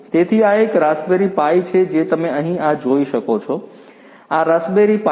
તેથી આ આ રાસબેરિ પાઇ છે જે તમે અહીં આ જોઈ શકો છો આ રાસબેરિ પાઇ છે